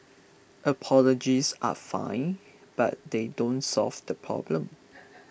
apologies are fine but they don't solve the problem